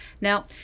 Now